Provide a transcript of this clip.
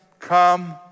Come